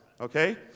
okay